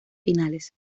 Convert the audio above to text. finales